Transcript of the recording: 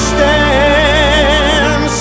Stand